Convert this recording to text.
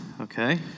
Okay